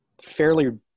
fairly